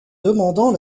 demandant